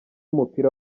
w’umupira